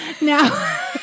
Now